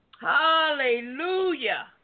Hallelujah